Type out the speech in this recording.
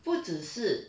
不只是